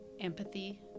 empathy